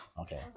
Okay